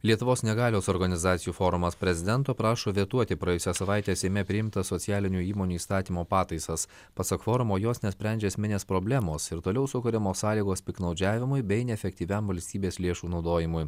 lietuvos negalios organizacijų forumas prezidento prašo vetuoti praėjusią savaitę seime priimtas socialinių įmonių įstatymo pataisas pasak forumo jos nesprendžia esminės problemos ir toliau sukuriamos sąlygos piktnaudžiavimui bei neefektyviam valstybės lėšų naudojimui